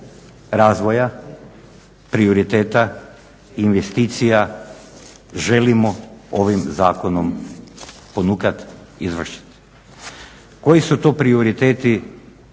razvoja, prioriteta, investicija želimo ovim zakonom ponukat izvršit. Koji su to prioriteti